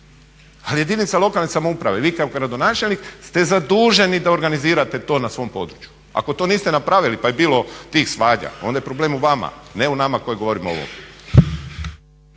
Ali jedinica lokalne samouprave, vi kao gradonačelnik ste zaduženi da organizirate to na svom području, ako to niste napravili pa je bilo tih svađa onda je problem u vama, ne u nama koji govorimo o ovom.